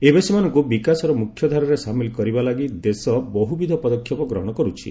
ଏବେ ସେମାନଙ୍କୁ ବିକାଶର ମୁଖ୍ୟଧାରାରେ ସାମିଲ କରିବା ଲାଗି ଦେଶ ବହୁବିଧ ପଦକ୍ଷେପ ଗ୍ରହଣ କରୁଛି